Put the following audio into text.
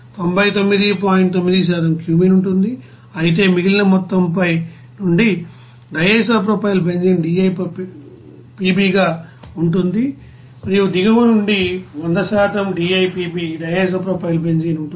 9 క్యూమీన్ ఉంటుంది అయితే మిగిలిన మొత్తం పై నుండి DIPB గా ఉంటుంది మరియు దిగువ నుండి 100DIPB ఉంటుంది